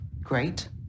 great